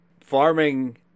farming